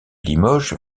limoges